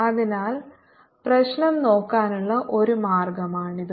അതിനാൽ പ്രശ്നം നോക്കാനുള്ള ഒരു മാർഗമാണിത്